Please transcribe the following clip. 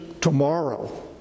tomorrow